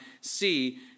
see